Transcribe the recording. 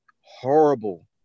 horrible